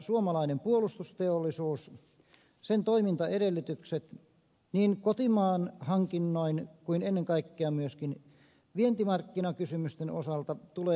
suomalainen puolustusteollisuus sen toimintaedellytykset niin kotimaan hankinnoin kuin ennen kaikkea myöskin vientimarkkinakysymysten osalta tulee turvata